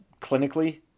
clinically